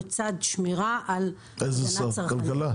לצד שמירה על הגנה צרכנית.